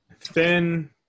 thin